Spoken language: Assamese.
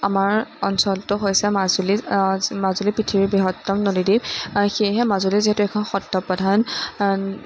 আমাৰ অঞ্চলটো হৈছে মাজুলী মাজুলী পৃথিৱীৰ বৃহত্তম নদীদ্বীপ সেয়েহে মাজুলী যিহেতু এখন সত্ৰ প্ৰধান